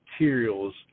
materials